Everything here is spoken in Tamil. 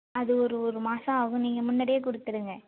அது ஒரு ஒரு மாதம் ஆகும் நீங்கள் முன்னாடியே கொடுத்துருங்க